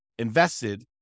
invested